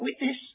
witness